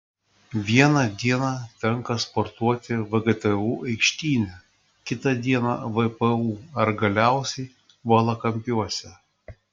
vieną dieną tenka sportuoti vgtu aikštyne kita dieną vpu ar galiausiai valakampiuose